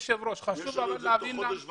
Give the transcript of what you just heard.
אנשים וצריך לעשות את זה תוך חודש וחצי.